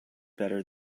better